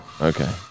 Okay